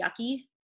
yucky